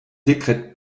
décrète